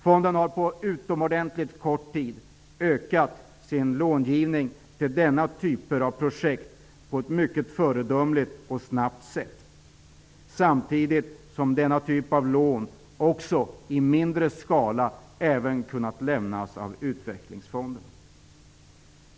Fonden har på utomordentligt kort tid ökat sin långivning till denna typ av projekt på ett mycket föredömligt och snabbt sätt. Samtidigt har i mindre skala denna typ av lån även kunnat lämnas av utvecklingsfonderna.